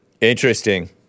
Interesting